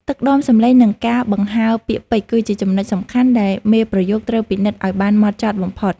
ទឹកដមសម្លេង និង ការបង្ហើរពាក្យពេចន៍គឺជាចំណុចសំខាន់ដែលមេប្រយោគត្រូវពិនិត្យឱ្យបានហ្មត់ចត់បំផុត។